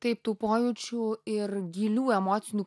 taip tų pojūčių ir gilių emocinių